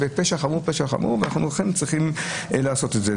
על פשע חמור ולכן צריכים לעשות זאת.